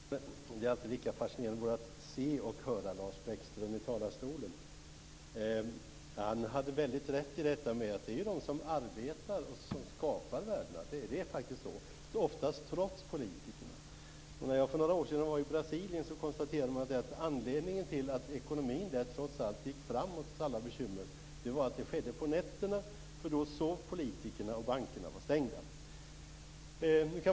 Fru talman! Det är alltid lika fascinerande både att se och höra Lars Bäckström i talarstolen. Han hade rätt i att det är de som arbetar som skapar värdena. Det är faktiskt så. Oftast gör de det trots politikerna. När jag för några år sedan var i Brasilien konstaterade man att anledningen till att ekonomin där trots alla bekymmer gick framåt var att det skedde på nätterna. Då sov politikerna och bankerna var stängda.